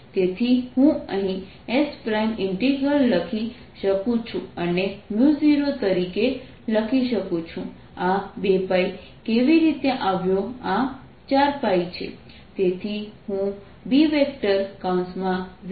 તેથી હું અહીં s ઇન્ટિગ્રલ લખી શકું છું અને 0 તરીકે લખી શકું છું આ 2 કેવી રીતે આવ્યો આ 4છે